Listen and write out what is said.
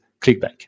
ClickBank